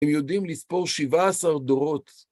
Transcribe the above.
הם יודעים לספור שבעה עשר דורות.